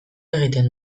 egiten